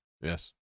Yes